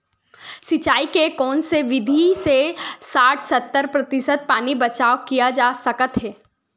सिंचाई के कोन से विधि से साठ सत्तर प्रतिशत पानी बचाव किया जा सकत हे?